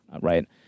Right